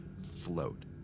float